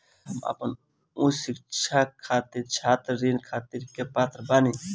का हम अपन उच्च शिक्षा खातिर छात्र ऋण खातिर के पात्र बानी?